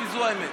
כי זו האמת.